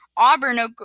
Auburn